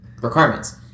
requirements